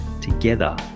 Together